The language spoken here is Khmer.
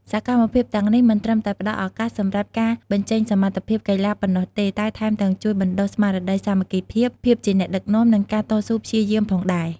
សកម្មភាពទាំងនេះមិនត្រឹមតែផ្ដល់ឱកាសសម្រាប់ការបញ្ចេញសមត្ថភាពកីឡាប៉ុណ្ណោះទេ តែថែមទាំងជួយបណ្ដុះស្មារតីសាមគ្គីភាព ភាពជាអ្នកដឹកនាំ និងការតស៊ូព្យាយាមផងដែរ។